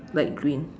light green